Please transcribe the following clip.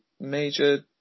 major